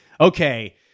okay